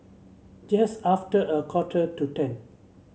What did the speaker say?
just after a quarter to ten